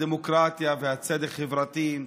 הדמוקרטיה והצדק החברתי,